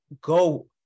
go